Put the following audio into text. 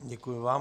Děkuji vám.